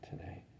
tonight